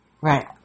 Right